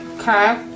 Okay